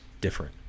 different